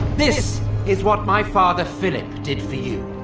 this is what my father philip did for you.